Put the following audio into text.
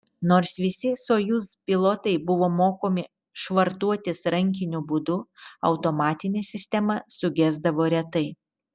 nors visi sojuz pilotai buvo mokomi švartuotis rankiniu būdu automatinė sistema sugesdavo retai